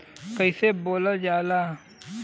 कईसे बोवल जाले?